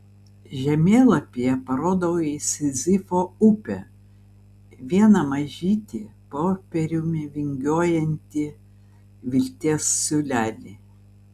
žemėlapyje parodau į sizifo upę vieną mažytį popieriumi vingiuojantį vilties siūlelį